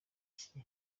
iki